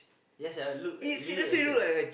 ya sia look like really look like church